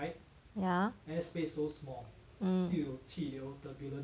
ya mm